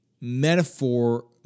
metaphor